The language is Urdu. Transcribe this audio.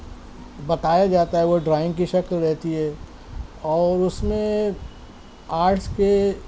بتایا جاتا ہے وہ ڈرائنگ کی شکل رہتی ہے اور اس میں آرٹس کے